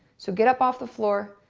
so, get up off the floor.